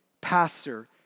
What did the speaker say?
Pastor